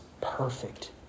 perfect